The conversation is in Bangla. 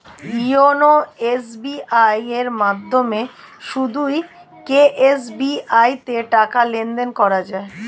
ইওনো এস.বি.আই এর মাধ্যমে শুধুই কি এস.বি.আই তে টাকা লেনদেন করা যায়?